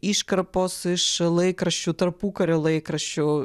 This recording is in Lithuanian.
iškarpos iš laikraščių tarpukario laikraščių